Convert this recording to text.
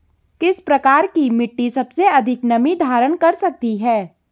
किस प्रकार की मिट्टी सबसे अधिक नमी धारण कर सकती है?